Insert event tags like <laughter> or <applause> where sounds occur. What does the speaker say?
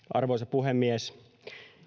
<unintelligible> arvoisa puhemies